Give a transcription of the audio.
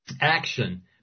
action